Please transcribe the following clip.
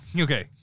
Okay